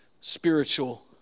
spiritual